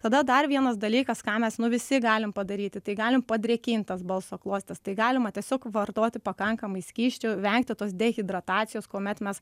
tada dar vienas dalykas ką mes visi galim padaryti tai galim padrėkint tas balso klostes tai galima tiesiog vartoti pakankamai skysčių vengti tos dehidratacijos kuomet mes